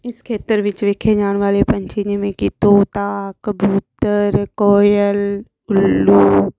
ਇਸ ਖੇਤਰ ਵਿੱਚ ਵੇਖੇ ਜਾਣ ਵਾਲੇ ਪੰਛੀ ਜਿਵੇਂ ਕਿ ਤੋਤਾ ਕਬੂਤਰ ਕੋਇਲ ਉੱਲੂ